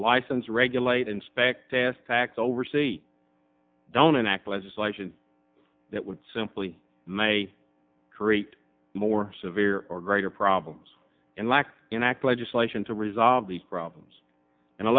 license regulate inspect ask tax over see don't enact legislation that would simply may create more severe or greater problems and lack enact legislation to resolve these problems in a